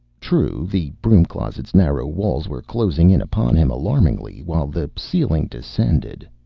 true, the broom-closet's narrow walls were closing in upon him alarmingly, while the ceiling descended.